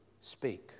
speak